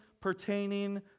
pertaining